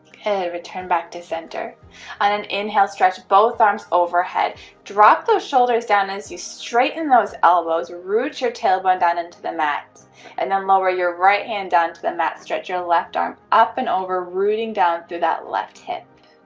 and return back to center on an inhale stretch both arms overhead drop those shoulders down this you straighten those elbows root your tailbone down into the mat and then lower your right hand down to the mat stretch your left arm up and over? rooting down through that left hip